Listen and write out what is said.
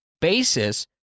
basis